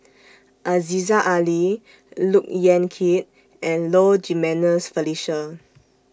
Aziza Ali Look Yan Kit and Low Jimenez Felicia